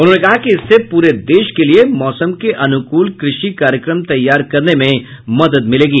उन्होंने कहा कि इससे पूरे देश के लिये मौसम के अनुकूल कृषि कार्यक्रम तैयार करने में मदद मिलेगी